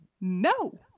No